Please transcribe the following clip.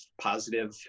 positive